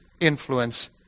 influence